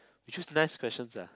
we choose nice questions ah